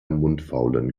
mundfaulen